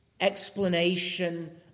explanation